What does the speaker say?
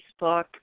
Facebook